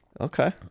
Okay